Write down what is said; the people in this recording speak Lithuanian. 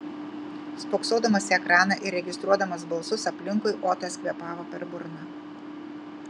spoksodamas į ekraną ir registruodamas balsus aplinkui otas kvėpavo per burną